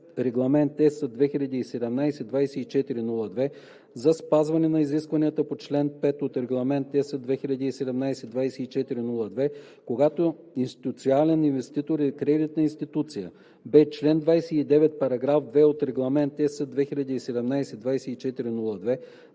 „Регламент (ЕС) 2017/2402“, за спазване на изискванията на чл. 5 от Регламент (ЕС) 2017/2402, когато институционален инвеститор е кредитна институция; б) член 29, параграф 2 от Регламент (ЕС) 2017/2402